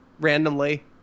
randomly